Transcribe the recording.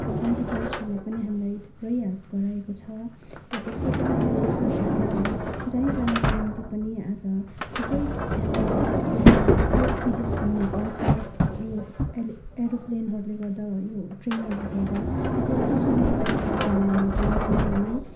र कम्प्युटर्सहरूले पनि हामीलाई थुप्रै हेल्प गराएको छ र त्यस्तो प्रकारले आज हामीलाई जहीँ जानुको निम्ति पनि आज थुप्रै यस्तो देश विदेश घुम्नपाउँछ यो एरे एरोप्लेनहरूले गर्दा यो ट्रेनहरूले गर्दा र त्यस्तो सुविधा पहिलाको जमानामा पाइँदैन थियो भने